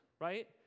Right